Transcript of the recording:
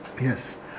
Yes